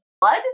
blood